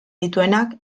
dituenak